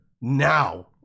now